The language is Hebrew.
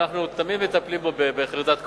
ואנחנו תמיד מטפלים בו בחרדת קודש.